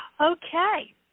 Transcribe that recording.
Okay